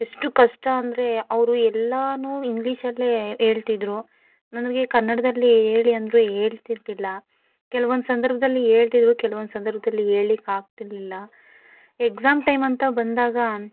ಎಷ್ಟು ಕಷ್ಟ ಅಂದರೆ ಅವರು ಎಲ್ಲಾನು ಇಂಗ್ಲಿಷಲ್ಲೇ ಹೇಳ್ತಿದ್ರು ನನಗೆ ಕನ್ನಡದಲ್ಲಿ ಹೇಳಿ ಅಂದರೂ ಹೇಳ್ತಿದ್ದಿಲ್ಲ ಕೆಲವೊಂದು ಸಂದರ್ಭದಲ್ಲಿ ಹೇಳ್ತಿದ್ರು ಕೆಲವೊಂದು ಸಂದರ್ಭದಲ್ಲಿ ಹೇಳ್ಲಿಕ್ ಆಗ್ತಿರಲಿಲ್ಲ ಎಕ್ಸಾಮ್ ಟೈಮಂತ ಬಂದಾಗ